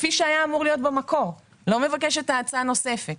כפי שהיה אמור להיות במקור אני לא מבקשת האצה נוספת